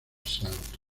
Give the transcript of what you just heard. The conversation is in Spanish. santo